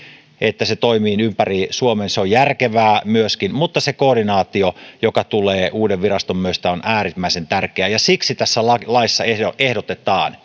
että se toimii ympäri suomen se on järkevää myöskin mutta se koordinaatio joka tulee uuden viraston myötä on äärimmäisen tärkeää ja siksi tässä laissa ehdotetaan